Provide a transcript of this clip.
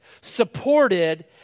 supported